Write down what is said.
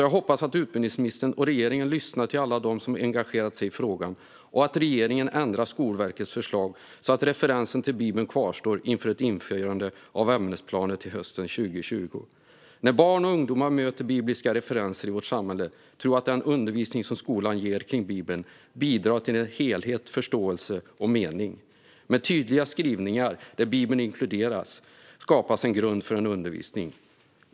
Jag hoppas att utbildningsministern och regeringen lyssnar till alla dem som engagerat sig i frågan och att regeringen ändrar Skolverkets förslag så att referensen till Bibeln kvarstår inför ett införande av nya ämnesplaner till hösten 2020. När barn och ungdomar möter bibliska referenser i vårt samhälle tror jag att den undervisning som skolan ger kring Bibeln bidrar till helhet, förståelse och mening. Med tydliga skrivningar där Bibeln inkluderas skapas en grund för en undervisning i linje med detta.